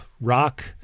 rock